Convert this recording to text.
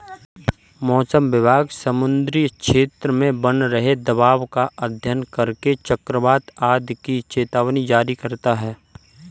मौसम विभाग समुद्री क्षेत्र में बन रहे दबाव का अध्ययन करके चक्रवात आदि की चेतावनी जारी करता है